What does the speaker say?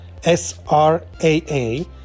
sraa